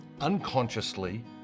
unconsciously